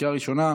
לקריאה ראשונה.